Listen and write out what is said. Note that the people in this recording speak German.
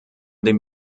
den